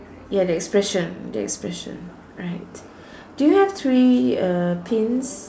ya the expression the expression right do you have three uh pins